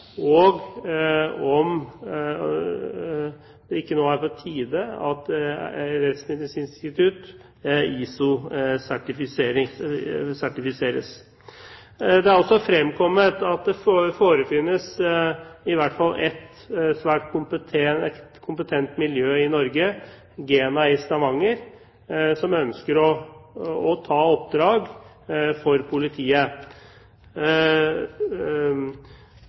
ikke nå er på tide at Rettsmedisinsk institutt ISO-sertifiseres. Det er også fremkommet at det forefinnes i hvert fall ett svært kompetent miljø i Norge, GENA i Stavanger, som ønsker å ta oppdrag for politiet.